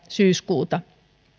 syyskuuta